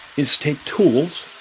is take tools